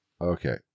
Okay